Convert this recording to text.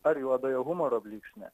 ar juodojo humoro blyksnį